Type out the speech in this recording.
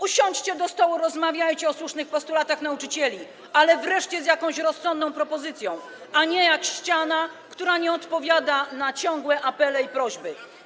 Usiądźcie do stołu, rozmawiajcie o słusznych postulatach nauczycieli, ale wreszcie z jakąś rozsądną propozycją, a nie jak ściana, która nie odpowiada na ciągłe apele i prośby.